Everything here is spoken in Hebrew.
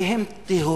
כי הם טהורים,